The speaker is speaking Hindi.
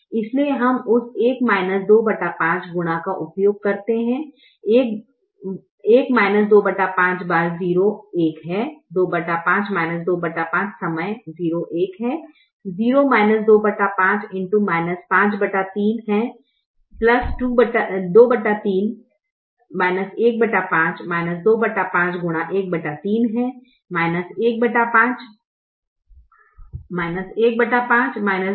इसलिए हम उस 1 25 गुना का उपयोग करते हैं 1 25 x 0 1 है 25 25 x 1 0 है 0 25 x 53 है 23 15 25 x 13 है 1 5 215